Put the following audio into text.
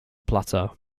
plateau